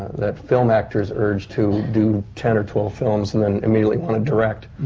that film actor's urge to do ten or twelve films and then immediately want to direct,